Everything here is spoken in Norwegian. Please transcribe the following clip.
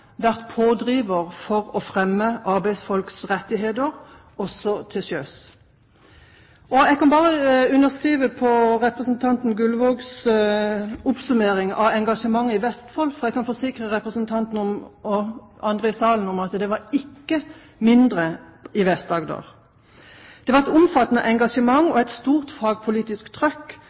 vært pådriver for å fremme arbeidsfolks rettigheter også til sjøs. Jeg kan underskrive på representanten Gullvågs oppsummering av engasjementet i Vestfold, og jeg kan forsikre representanten og andre i salen om at det var ikke mindre i Vest-Agder. Det var et omfattende engasjement og et stort fagpolitisk